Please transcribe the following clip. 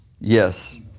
Yes